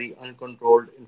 uncontrolled